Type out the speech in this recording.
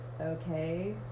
okay